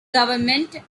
government